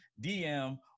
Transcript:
DM